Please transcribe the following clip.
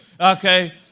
okay